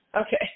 Okay